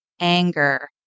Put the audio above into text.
anger